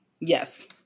Yes